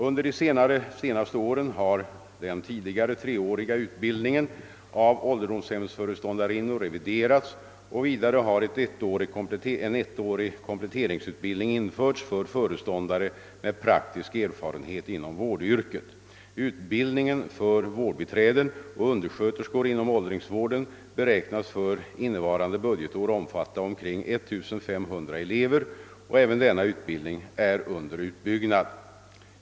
Under de senaste åren har den tidigare treåriga utbildningen av ålderdomshemsföreståndarinnor reviderats, och vidare har en ettårig kompletteringsutbildning införts för föreståndare med praktisk erfarenhet inom vårdyrket. Utbildningen för vårdbiträden och undersköterskor inom åldringsvården beräknas för innevarande budgetår omfatta omkring 1500 elever, och även denna utbildning är under utbyggnad.